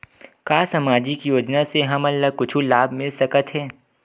का सामाजिक योजना से हमन ला कुछु लाभ मिल सकत हे?